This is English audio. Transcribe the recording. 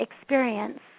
Experience